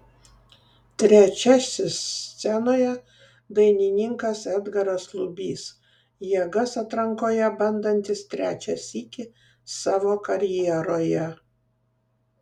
trečiasis scenoje dainininkas edgaras lubys jėgas atrankoje bandantis trečią sykį savo karjeroje